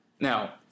Now